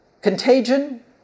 contagion